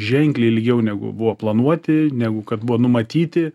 ženkliai ilgiau negu buvo planuoti negu kad buvo numatyti